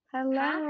Hello